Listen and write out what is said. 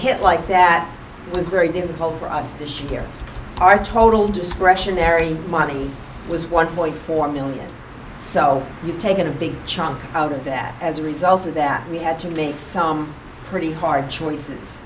hit like that was very difficult for us to share our total discretionary money was one point four million so you've taken a big chunk out of that as a result of that we had to meet some pretty hard choices